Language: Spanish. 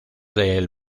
del